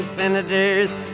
Senators